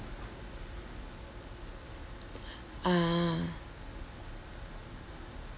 ah